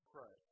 Pray